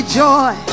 joy